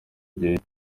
igihe